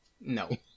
No